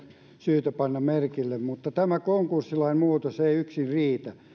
syytä panna merkille mutta tämä konkurssilain muutos ei yksin riitä